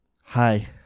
Hi